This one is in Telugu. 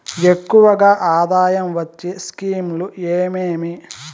ఎక్కువగా ఆదాయం వచ్చే స్కీమ్ లు ఏమేమీ?